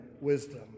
wisdom